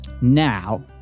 Now